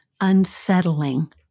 unsettling